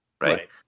Right